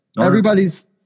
everybody's